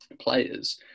players